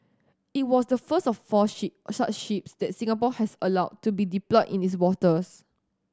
it was the first of four ship such ships that Singapore has allowed to be deployed in its waters